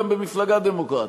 גם במפלגה דמוקרטית,